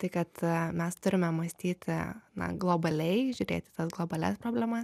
tai kad mes turime mąstyti na globaliai žiūrėti į tas globalias problemas